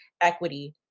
equity